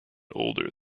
older